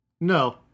No